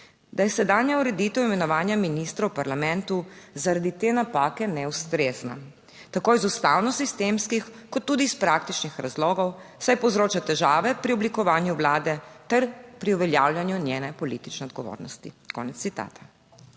"da je sedanja ureditev imenovanja ministrov v parlamentu zaradi te napake neustrezna, tako iz ustavno sistemskih kot tudi iz praktičnih razlogov, saj povzroča težave pri oblikovanju vlade ter pri uveljavljanju njene politične odgovornosti."